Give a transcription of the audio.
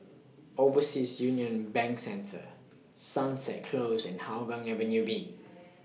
Overseas Union Bank Centre Sunset Close and Hougang Avenue B